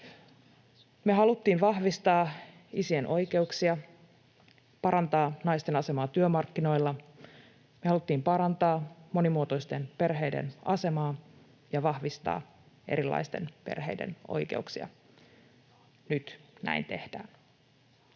Me haluttiin vahvistaa isien oikeuksia, parantaa naisten asemaa työmarkkinoilla. Me haluttiin parantaa monimuotoisten perheiden asemaa ja vahvistaa erilaisten perheiden oikeuksia. Nyt näin tehdään.